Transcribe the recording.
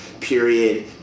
period